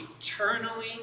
eternally